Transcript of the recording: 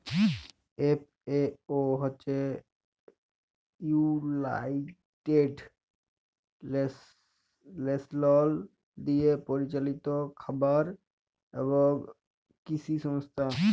FAO হছে United Nations দিয়ে পরিচালিত খাবার এবং কিসি সংস্থা